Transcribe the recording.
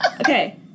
Okay